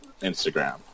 Instagram